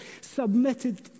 submitted